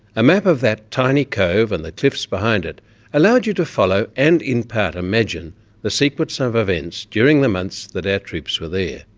a map of that tiny cove and the cliffs behind it allowed you to follow and in part imagine the sequence of events during the months that our troops were there,